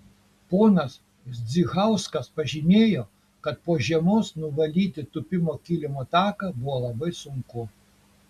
ponas zdzichauskas pažymėjo kad po žiemos nuvalyti tūpimo kilimo taką buvo labai sunku